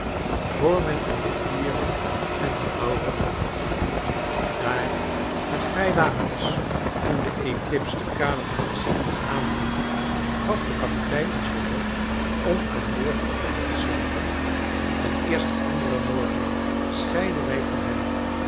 men in de vire en de aure komt daar het vrij laat was toen de eclips de kade van isigny aandeed gaf de kapitein ons verlof om aan boord te blijven slapen en eerst den anderen morgen scheidden wij van hem